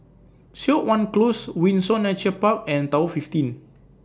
Siok Wan Close Windsor Nature Park and Tower fifteen